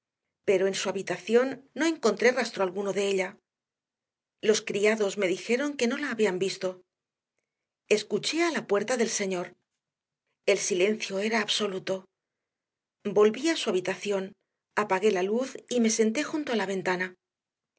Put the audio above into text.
pero en su habitación no encontré rastro alguno de ella los criados me dijeron que no la habían visto escuché a la puerta del señor el silencio era absoluto volví a su habitación apagué la luz y me senté junto a la ventana